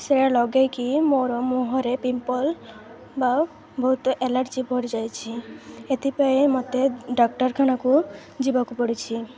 ସେରା ଲଗାଇକି ମୋର ମୁହଁରେ ପିମ୍ପଲ୍ ବା ବହୁତ ଏଲର୍ଜି ବଢ଼ିଯାଇଛି ଏଥିପାଇଁ ମତେ ଡାକ୍ତରଖାନାକୁ ଯିବାକୁ ପଡ଼ଛି